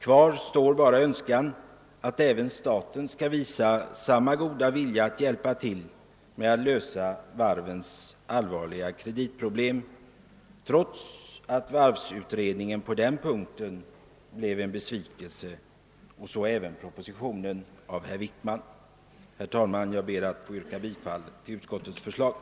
Kvar står bara en önskan att även staten skall visa samma goda vilja att hjälpa till med att lösa varvens allvarliga kreditproblem trots att varvsutredningen på den punkten blev en besvikelse; så blev även propositionen av herr Wickman. Herr talman! Jag ber att få yrka bifall till utskottets hemställan.